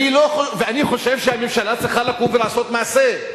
אני חושב שהממשלה צריכה לקום ולעשות מעשה.